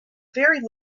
very